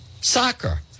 soccer